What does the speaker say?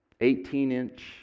18-inch